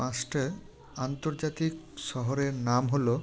পাঁচটা আন্তর্জাতিক শহরের নাম হলো